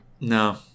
No